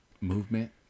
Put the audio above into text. movement